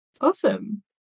Awesome